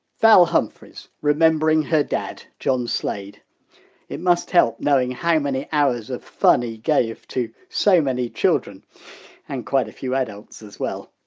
val humphries remembering her dad john slade it must help knowing how many hours of fun he gave to so many children and quite a few adults as well